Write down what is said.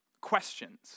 questions